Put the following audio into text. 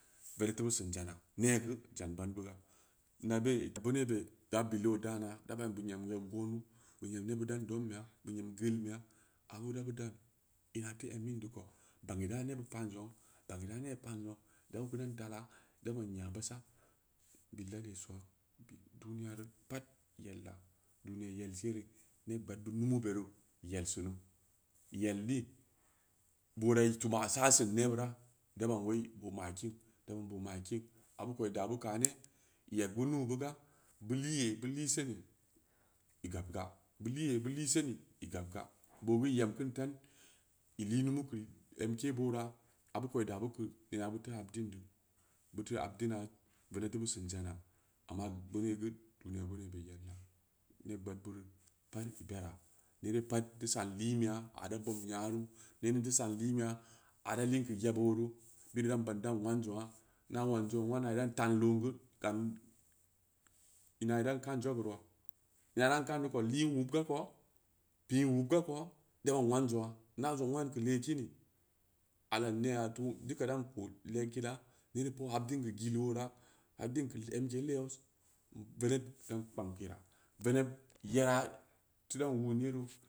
Veneb da b usen jana, neegeu jan ban bu ga ma ɓeu ɓeuneu beu babu ligeudaana da ɓan bin an kwonu benu, bin am nebbid dan dombeya, ma teu embin deu ko, bang ida nebbid pa’n zangn, bang ira na pa’n zangn, dan nuang dala, dabo nya basa, bil la lesonii geeu duniya reu pad yella, duniya yel sere neb gbaad bid lumu ɓereu yel sinu, gam ni, boora tud aa ba sa’ sin nebbira, beuneu uui boo ma’ kiin, boo ma’kiin, aɓu ko dabu kani yeg bu nuu bu ga, bu liiye bu lii siini, i gabga. Bu liiye, bu lii lumu keu emcee boora, abu ko i daabu geu ina buteu habdin deu, buteu habdin na veneb teu beu sin janma, amma beareu bid nya bireu gea yebira, neb gbaad beureu pad bera, neere pad deu sa’an liinɓeya, ad akum nyau, in deu sa’an liinmbeya, a da liin keu yebo roo, bid dan ban dan nuan zangna, na nuwan zang dan taan lo’n gu gam ina n dan kan zogu roo, ina ram kanneu ko lii n wubga koo, pii wubga koo, dao mwan zangn, na zang muan keu lee kini allah nee teu dika dan ko le’ gila, habdin geu angenlos veneb dang kpang kera veneb ya teu dan wun yere.